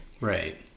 Right